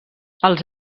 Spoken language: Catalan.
els